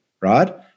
right